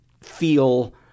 feel